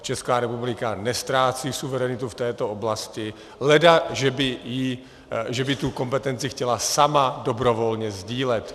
Česká republika neztrácí suverenitu v této oblasti, ledaže by tu kompetenci chtěla sama dobrovolně sdílet.